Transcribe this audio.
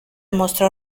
mostró